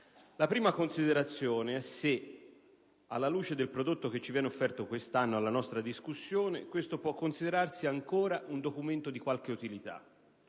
La prima considerazione è se, alla luce del prodotto che viene offerto quest'anno alla nostra discussione, questo può considerarsi ancora un documento di qualche utilità.